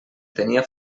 tenia